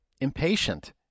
impatient